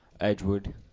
Edgewood